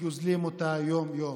שגוזלים אותה יום-יום.